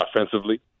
offensively